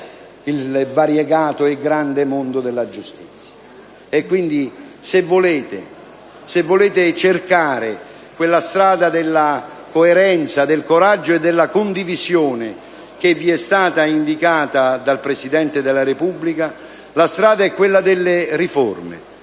il variegato e grande mondo della giustizia. E quindi, se volete cercare quella strada della coerenza, del coraggio e della condivisione che vi è stata indicata dal Presidente della Repubblica, la strada è quella delle riforme.